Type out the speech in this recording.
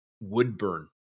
Woodburn